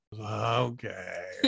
okay